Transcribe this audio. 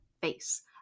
face